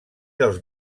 dels